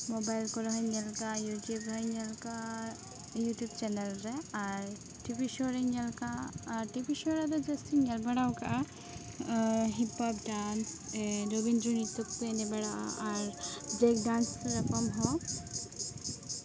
mobile ᱠᱚᱨᱮ ᱦᱚᱸᱧ ᱧᱮᱞ ᱟᱠᱟᱫᱼᱟ ᱤᱭᱩᱴᱩᱵ ᱨᱮᱦᱚᱸᱧ ᱧᱮᱞ ᱟᱠᱟᱫᱼᱟ ᱤᱭᱩᱴᱩᱵ ᱪᱮᱱᱮᱞ ᱨᱮ ᱟᱨ ᱴᱤᱵᱷᱤ ᱥᱳ ᱨᱤᱧ ᱧᱮᱞ ᱟᱠᱟᱫ ᱴᱤᱵᱷᱤ ᱥᱳ ᱨᱮᱫᱚ ᱡᱟᱹᱥᱛᱤᱧ ᱧᱮᱞ ᱵᱟᱲᱟ ᱟᱠᱟᱫᱼᱟ ᱦᱤᱯᱦᱚᱯ ᱰᱮᱱᱥ ᱨᱚᱵᱚᱱᱫᱨᱚ ᱱᱤᱛᱛᱚ ᱠᱚᱠᱚ ᱮᱱᱮᱡ ᱵᱟᱲᱟᱜᱼᱟ ᱟᱨ ᱵᱨᱮᱠ ᱰᱮᱱᱥ ᱠᱷᱚᱱ ᱦᱚᱸ